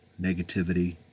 negativity